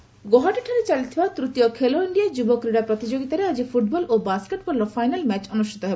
Khelo India ଗୌହାଟୀଠାରେ ଚାଲିଥିବା ତୂତୀୟ ଖେଲୋ ଇଣ୍ଡିଆ ଯୁବ କ୍ରୀଡ଼ା ପ୍ରତିଯୋଗିତାରେ ଆଜି ଫୁଟ୍ବଲ ଓ ବାସ୍କେଟ୍ବଲ୍ର ଫାଇନାଲ୍ ମ୍ୟାଚ୍ ଅନୁଷ୍ଠିତ ହେବ